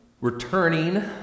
returning